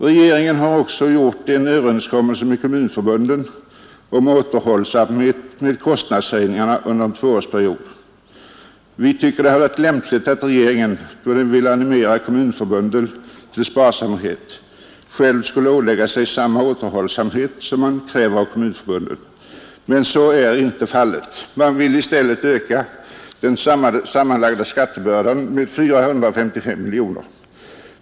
Regeringen har också gjort en överenskommelse med kommunförbunden om återhållsamhet med kostnadshöjningarna under en tvåårsperiod. Vi tycker att det hade varit lämpligt att regeringen, då den vill animera kommunförbunden till sparsamhet, själv skulle ålägga sig samma återhållsamhet som man kräver av kommunförbunden, men så är inte fallet. Man vill i stället öka den samlade skattebördan med 455 miljoner.